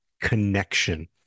connection